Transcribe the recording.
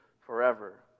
forever